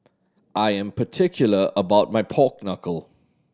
I am particular about my pork knuckle